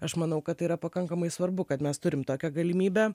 aš manau kad tai yra pakankamai svarbu kad mes turim tokią galimybę